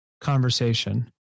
conversation